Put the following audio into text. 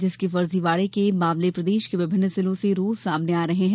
जिसके फर्जीवाड़े के मामले प्रदेश के विभिन्न जिलों से रोज सामने आ रहे हैं